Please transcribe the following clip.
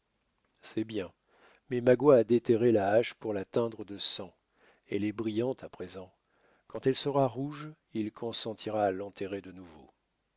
c'est bien mais magua a déterré la hache pour la teindre de sang elle est brillante à présent quand elle sera rouge il consentira à l'enterrer de nouveau